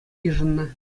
йышӑннӑ